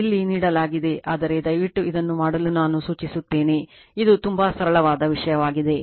ಇಲ್ಲಿ ನೀಡಲಾಗಿದೆ ಆದರೆ ದಯವಿಟ್ಟು ಇದನ್ನು ಮಾಡಲು ನಾನು ಸೂಚಿಸುತ್ತೇನೆ ಮತ್ತು ಇದು ತುಂಬಾ ಸರಳವಾದ ವಿಷಯವಾಗಿದೆ